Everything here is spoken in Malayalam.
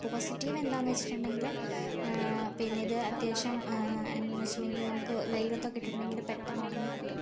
പോസിറ്റീവ് എന്താണെന്ന് വെച്ചിട്ടുണ്ടെങ്കിൽ പിന്നെയിത് അത്യാവശ്യം എന്താണെന്ന് വെച്ചിട്ടുണ്ടെങ്കിൽ നമുക്ക് വെയിലത്തൊക്കെ ഇട്ടിട്ടുണ്ടെങ്കിൽ പെട്ടെന്ന് ഉണങ്ങി കിട്ടും